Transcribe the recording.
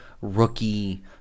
rookie